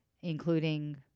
including